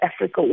Africa